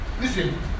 listen